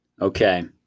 Okay